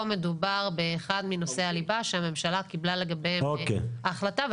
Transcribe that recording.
פה מדובר באחד מנושאי הליבה שהממשלה קיבלה לגביהם החלטה.